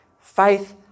faith